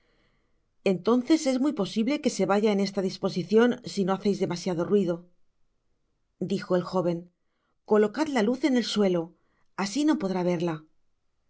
entonces es muy posible que se vaya en esta disposicion si no haceis demasiado ruido dijo el joven colocad la luz en el suelo asi no podrá verla la